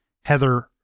Heather